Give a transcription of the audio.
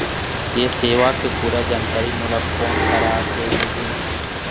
ये सेवा के पूरा जानकारी मोला कोन करा से मिलही?